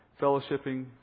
fellowshipping